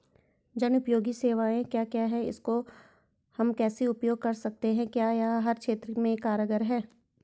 जनोपयोगी सेवाएं क्या क्या हैं इसको हम कैसे उपयोग कर सकते हैं क्या यह हर क्षेत्र में कारगर है?